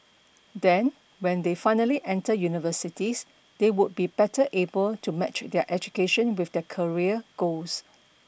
then when they finally enter universities they would be better able to match their education with their career goals